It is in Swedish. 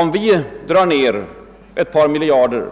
Om vi drar ner våra försvarskostnader med ett par miljarder